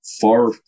far